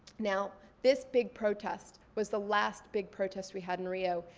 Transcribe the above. now this big protest was the last big protest we had in rio,